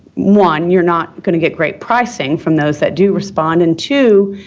one, you're not going to get great pricing from those that do respond and two,